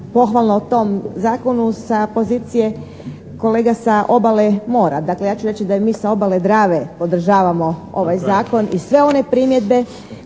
pohvalno o tom Zakonu sa pozicije kolega sa obale mora. Dakle, ja ću reći da i mi sa obale Drave podržavamo ovaj Zakon i sve one primjedbe